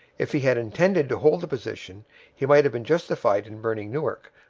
if he had intended to hold the position he might have been justified in burning newark,